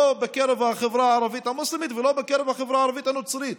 לא בקרב ההחברה הערבית המוסלמית ולא בקרב החברה הערבית הנוצרית.